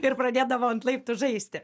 ir pradėdavo ant laiptų žaisti